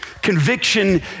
Conviction